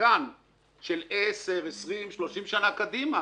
מתקן ל-10, 20, 30 שנים קדימה.